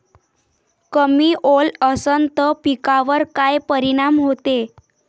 कमी ओल असनं त पिकावर काय परिनाम होते?